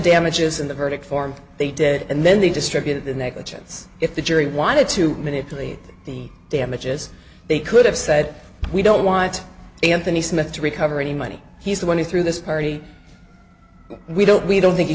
damages in the verdict form they did and then they distributed the negligence if the jury wanted to manipulate the damages they could have said we don't want anthony smith to recover any money he's the one who threw this party we don't we don't think he